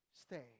stay